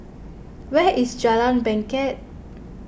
where is Jalan Bangket